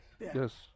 Yes